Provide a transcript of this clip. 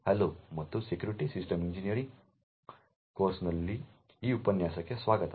hello ಮತ್ತು secure system engineering ಕೋರ್ಸ್ನಲ್ಲಿ ಈ ಉಪನ್ಯಾಸಕ್ಕೆ ಸ್ವಾಗತ